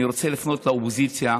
אני רוצה לפנות לאופוזיציה,